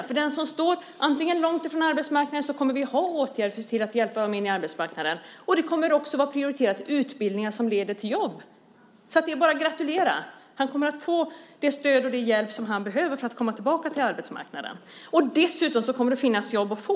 För dem som står långt från arbetsmarknaden kommer vi att ha åtgärder för att se till att hjälpa dem in på arbetsmarknaden. Utbildningar som leder till jobb kommer också att vara prioriterade. Det är bara att gratulera. Han kommer att få det stöd och den hjälp han behöver för att komma tillbaka till arbetsmarknaden. Dessutom kommer det att finnas jobb att få.